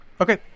Okay